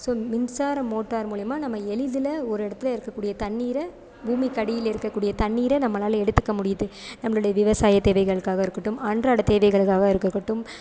so மின்சார motor மூலிமா நம்ம எளிதில் ஒரு இடத்தில் இருக்கக்கூடிய தண்ணீர பூமிக்கு அடியில் இருக்கக்கூடிய தண்ணீரை நம்மளால எடுத்துக்க முடியுது நம்மளுடைய விவசாய தேவைகளுக்காக இருக்கட்டும் அன்றாட தேவைகளுக்காக இருக்கட்டும்